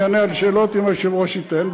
אני אענה על השאלות אם היושב-ראש ייתן,